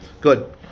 good